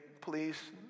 please